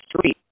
street